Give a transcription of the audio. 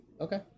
Okay